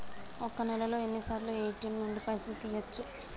ఒక్క నెలలో ఎన్నిసార్లు ఏ.టి.ఎమ్ నుండి పైసలు తీయచ్చు?